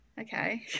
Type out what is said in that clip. okay